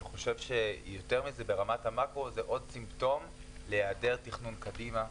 אני חושב שברמת המאקרו זה עוד סימפטום להיעדר תכנון קדימה,